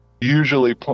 usually